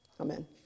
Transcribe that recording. Amen